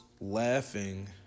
laughing